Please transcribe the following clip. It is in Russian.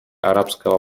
арабского